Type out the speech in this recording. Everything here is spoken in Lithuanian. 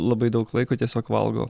labai daug laiko tiesiog valgau